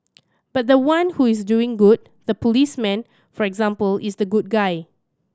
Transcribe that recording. but the one who is doing good the policeman for example is the good guy